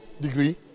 degree